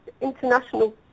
international